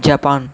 Japan